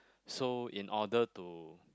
so in order to